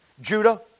Judah